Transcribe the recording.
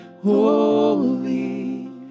holy